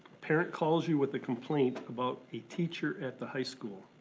parent calls you with a complaint about a teacher at the high school.